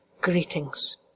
Greetings